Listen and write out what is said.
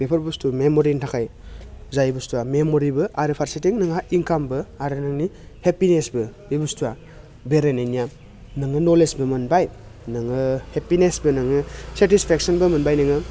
बेफोर बुस्थु मेम'रिनि थाखाय जाय बुस्थुआ मेम'रिबो आरो फारसेथिं नोंहा इन्कामबो आरो नोंनि हेफिनेसबो बे बुस्थुआ बेरायनायनिया नोङो नलेजबो मोनबाय नोङो हेफिनेसबो नोङो सेटिसपेकसनबो मोनबाय नोङो